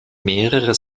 mehrere